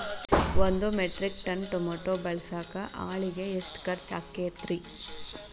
ಒಂದು metric ton tomato ಬೆಳಸಾಕ್ ಆಳಿಗೆ ಎಷ್ಟು ಖರ್ಚ್ ಆಕ್ಕೇತ್ರಿ?